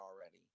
already